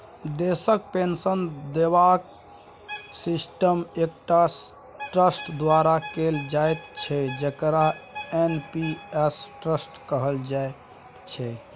देशक पेंशन देबाक सिस्टम एकटा ट्रस्ट द्वारा कैल जाइत छै जकरा एन.पी.एस ट्रस्ट कहल जाइत छै